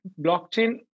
blockchain